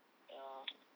ya